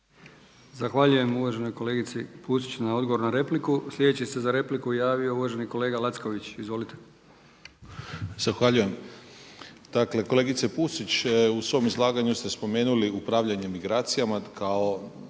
Zahvaljujem uvaženoj kolegici Pusić na odgovoru na repliku. Sljedeći se za repliku javio uvaženi kolega gospodin Lacković. Izvolite. **Lacković, Željko (Nezavisni)** Zahvaljujem. Dakle kolegice Pusić u svom izlaganju ste spomenuli upravljanje migracijama kao